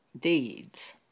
deeds